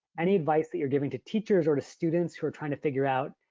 any advice that you're giving to teachers or to students who are trying to figure out,